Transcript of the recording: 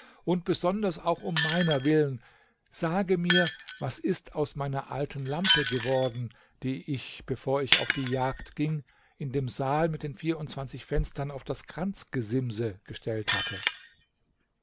und besonders auch um meiner willen sage mir was ist aus meiner alten lampe geworden die ich bevor ich auf die jagd ging in dem saal mit den vierundzwanzig fenstern auf das kranzgesimse gestellt hatte